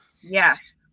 Yes